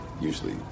usually